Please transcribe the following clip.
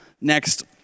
next